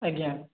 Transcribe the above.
ଆଜ୍ଞା